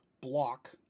block